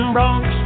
Bronx